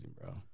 bro